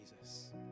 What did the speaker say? Jesus